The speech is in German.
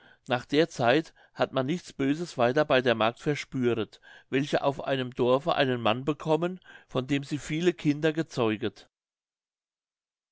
nach der zeit hat man nichts böses weiter bei der magd verspüret welche auf einem dorfe einen mann bekommen von dem sie viele kinder gezeuget